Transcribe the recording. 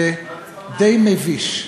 זה די מביש,